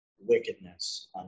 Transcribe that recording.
wickedness